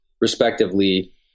respectively